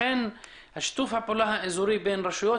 לכן שיתוף הפעולה האזורי בין רשויות